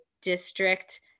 district